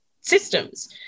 systems